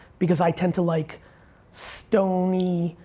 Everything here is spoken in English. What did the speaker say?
because i tend to like stoney,